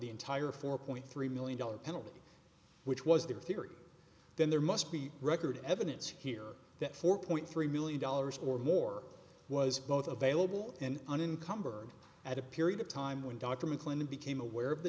the entire four point three million dollars penalty which was their theory then there must be record evidence here that four point three million dollars or more was both available and an income bird at a period of time when dr mcclintock became aware of the